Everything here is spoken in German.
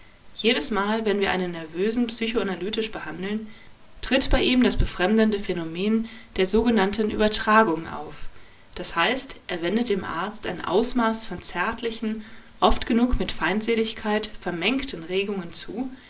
jedesmal wenn wir einen nervösen psychoanalytisch behandeln tritt bei ihm das befremdende phänomens der sogenannten übertragung auf d h er wendet dem arzt ein ausmaß von zärtlichen oft genug mit feindseligkeit vermengten regungen zu